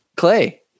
clay